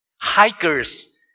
Hikers